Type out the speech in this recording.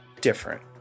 different